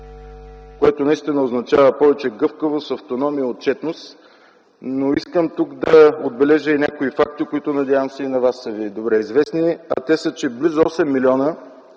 което наистина означава повече гъвкавост, автономия и отчетност. Но искам тук да отбележа някои факти, които надявам се и на Вас са добре известни, а те са, че Софийският